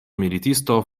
militisto